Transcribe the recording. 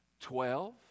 Twelve